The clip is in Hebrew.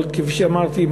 אבל כפי שאמרתי,